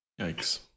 yikes